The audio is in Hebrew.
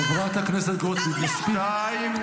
חברת הכנסת גוטליב, מספיק.